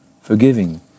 Forgiving